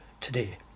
today